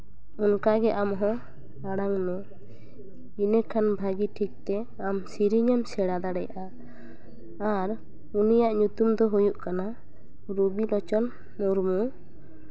ᱚᱱᱠᱟ ᱜᱮ ᱟᱢᱦᱚᱸ ᱟᱲᱟᱝ ᱢᱮ ᱤᱱᱟᱹ ᱠᱷᱟᱱ ᱵᱷᱟᱜᱮ ᱴᱷᱤᱠᱛᱮ ᱟᱢ ᱥᱮᱨᱮᱧ ᱮᱢ ᱥᱮᱬᱟ ᱫᱟᱲᱮᱭᱟᱜᱼᱟ ᱟᱨ ᱩᱱᱤᱭᱟᱜ ᱧᱩᱛᱩᱢ ᱫᱚ ᱦᱩᱭᱩᱜ ᱠᱟᱱᱟ ᱨᱩᱵᱤᱞᱳᱪᱚᱱ ᱢᱩᱨᱢᱩ